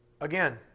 again